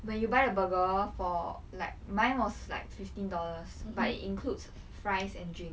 when you buy a burger for like mine was like fifteen dollars but it includes fries and drink